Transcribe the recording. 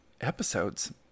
episodes